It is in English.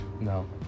No